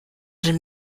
dann